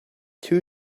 two